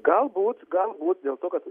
galbūt galbūt dėl to kad